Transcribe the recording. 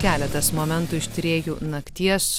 keletas momentų iš tyrėjų nakties